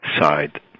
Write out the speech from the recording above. side